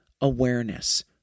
awareness